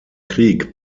krieg